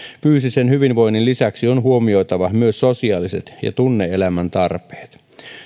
fyysisen hyvinvoinnin lisäksi on huomioitava myös sosiaaliset ja tunne elämän tarpeet